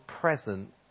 present